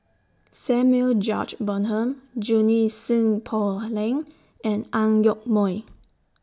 Samuel George Bonham Junie Sng Poh Leng and Ang Yoke Mooi